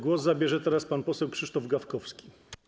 Głos zabierze teraz pan poseł Krzysztof Gawkowski.